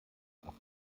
afrika